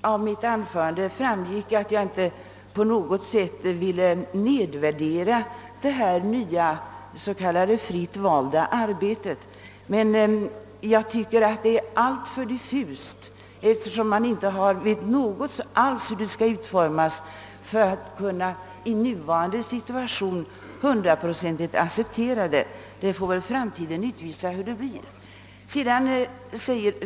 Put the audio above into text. Av mitt anförande framgick, fröken Olsson, att-jag inte på något sätt ville nedvärdera det nya s.k. fritt valda arbetet. Jag tycker emellertid att detta ämne ter sig alltför diffust. Då man inte alls vet hur det kommer att utformas är det i nuvarande situation svårt att hundraprocentigt kunna acceptera det. Men framtiden får väl utvisa hur det hela utfaller.